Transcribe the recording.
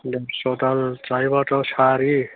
देरस'दाल जायोब्लाथ' सारि